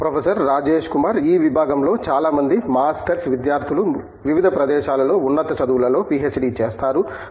professor Rajesh Kumar ఈ విభాగంలో చాలా మంది మాస్టర్స్ విద్యార్థులు వివిధ ప్రదేశాలలో ఉన్నత చదువులలో పిహెచ్డి చేస్తారు